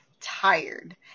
tired